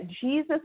Jesus